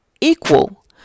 equal